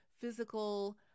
physical